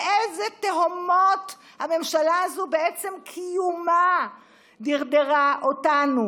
תראו לאילו תהומות הממשלה הזאת בעצם קיומה דרדרה אותנו.